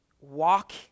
Walk